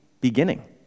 beginning